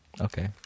Okay